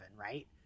right